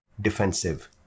defensive